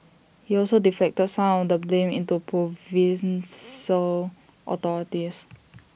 he also deflected some of the blame into provincial authorities